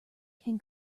can